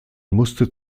musste